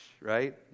Right